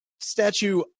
statue